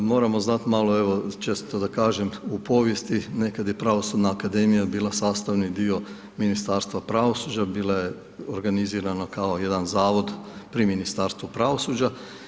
Moramo zanti, malo evo, često da kažem, u povijesti, nekada je pravosudna akademija, bila sastavni dio Ministarstva pravosuđa, bila je organizirana kao jedan zavod pri Ministarstvu pravosuđa.